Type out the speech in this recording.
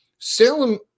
Salem